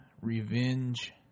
revenge